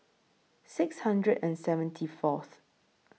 six hundred and seventy Fourth